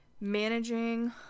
managing